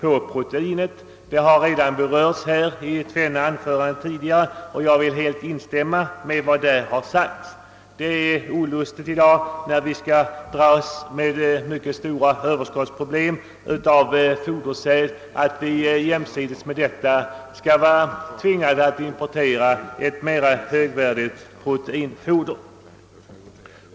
Frågan har redan berörts i två tidigare anföranden och jag instämmer helt i vad som där sades. I dagens läge där vi har stora överskottsproblem beträffande fodersäden är det olustigt att tvingas importera ett mera högvärdigt proteinfoder.